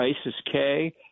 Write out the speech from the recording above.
ISIS-K